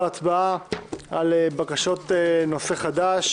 בקשות נושא חדש,